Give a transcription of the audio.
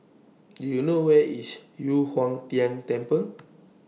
Do YOU know Where IS Yu Huang Tian Temple